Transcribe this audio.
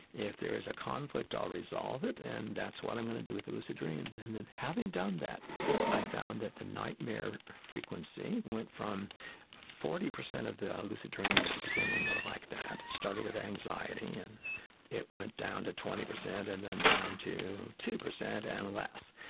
if there is a conflict i'll resolve it, and that's what i'm going to do with the lucid dreams. and then having done that i found that the nightmare frequency went from forty percent of the lucid dreams at the beginning were like that, starting with anxiety, and it went down to twenty percent, and then down to two percent and less.